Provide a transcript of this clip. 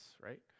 right